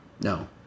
no